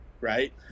right